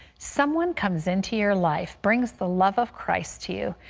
someone comes into your life, brings the love of christ to you,